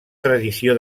tradició